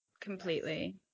Completely